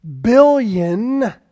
billion